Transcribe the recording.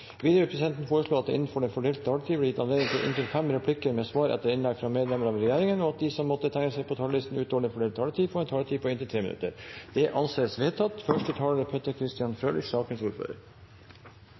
vil videre foreslå at det – innenfor den fordelte taletid – blir gitt anledning til inntil tre replikker med svar etter innlegg fra medlemmer av regjeringen, og at de som måtte tegne seg på talerlisten utover den fordelte taletid, får en taletid på inntil 3 minutter. – Det anses vedtatt. Finnmarksdomstolen er